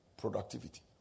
productivity